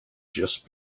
just